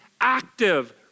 active